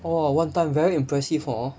!wah! one time very impressive hor